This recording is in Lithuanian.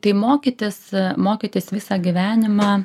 tai mokytis mokytis visą gyvenimą